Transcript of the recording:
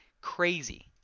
Crazy